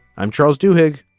i'm charles duhigg.